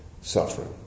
suffering